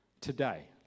today